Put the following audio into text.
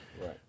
right